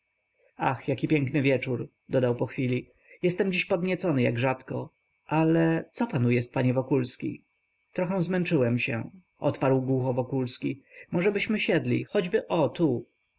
ach jaki piękny wieczór dodał po chwili jestem dziś podniecony jak rzadko ale co panu jest panie wokulski trochę zmęczyłem się odparł głucho wokulski możebyśmy siedli choćby o tu